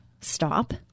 stop